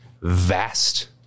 vast